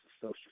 social